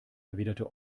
erwiderte